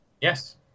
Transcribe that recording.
Yes